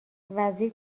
وزیر